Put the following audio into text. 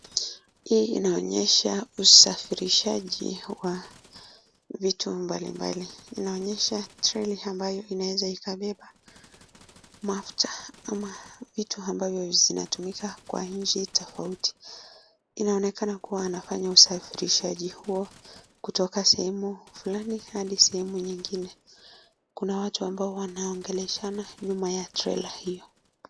Hii inaonyesha usafirishaji wa vitu mbalimbali, inaonyesha trailer ambayo inaweza ikabeba mafuta ama vitu ambavyo zinatumika kwa nchi tofauti, inaonekana kuwa wanafanya usafirishaji huo kutoka sehemu flani hadi sehemu nyingine, kuna watu ambao wanaongeleshana nyuma ya trailer hiyo.